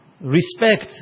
respect